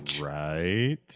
Right